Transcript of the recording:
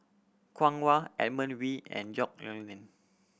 Kwong Wah Edmund Wee and Yong Nyuk Lin